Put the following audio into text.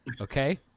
okay